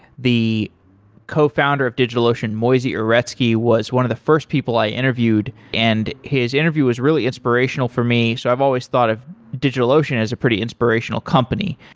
the cofounder of digitalocean, moisey uretsky, was one of the first people i interviewed, and his interview was really inspirational for me. so i've always thought of digitalocean as a pretty inspirational company.